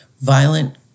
violent